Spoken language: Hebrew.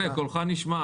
מקלב, קולך נשמע.